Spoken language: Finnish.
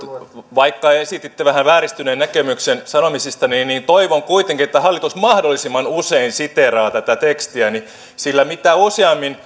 vaikka esititte vähän vääristyneen näkemyksen sanomisistani niin toivon kuitenkin että hallitus mahdollisimman usein siteeraa tätä tekstiäni sillä mitä useammin